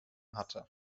hatte